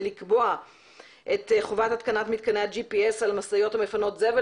לקבוע את חובת התקנת מתקני ה-GPS על משאיות המפנות זבל.